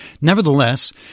Nevertheless